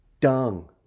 dung